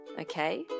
Okay